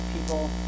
People